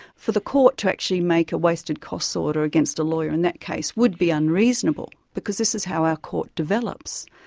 for the court to actually make a wasted costs order against a lawyer in that case would be unreasonable, because this is how our court develops.